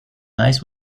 lies